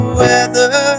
weather